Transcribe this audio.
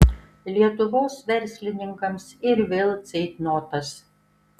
lietuvos verslininkams ir vėl ceitnotas